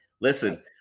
Listen